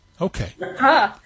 okay